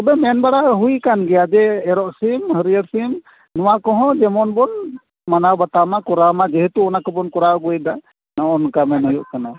ᱛᱚᱵᱮ ᱢᱮᱱ ᱵᱟᱲᱟ ᱦᱩᱭ ᱟᱠᱟᱱ ᱜᱮᱭᱟ ᱡᱮ ᱮᱨᱚᱜ ᱥᱤᱢ ᱦᱟᱹᱨᱭᱟᱹᱲ ᱥᱤᱢ ᱱᱚᱣᱟ ᱠᱚᱸᱦᱚ ᱡᱮᱢᱚᱱ ᱵᱚᱱ ᱢᱟᱱᱟᱣ ᱵᱟᱛᱟᱣ ᱢᱟ ᱠᱚᱨᱟᱣ ᱢᱟ ᱡᱮᱦᱮᱛᱩ ᱚᱱᱟᱠᱚᱵᱚᱱ ᱠᱚᱨᱟᱣ ᱟᱜᱩᱭᱮᱫᱟ ᱱᱚᱜᱼᱚ ᱱᱚᱝᱠᱟ ᱢᱮᱱ ᱦᱩᱭᱩᱜ ᱠᱟᱱᱟ